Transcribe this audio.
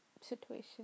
situation